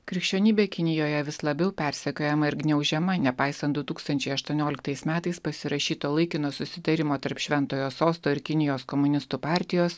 krikščionybė kinijoje vis labiau persekiojama ir gniaužiama nepaisant du tūkstančiai aštuonioliktais metais pasirašyto laikino susitarimo tarp šventojo sosto ir kinijos komunistų partijos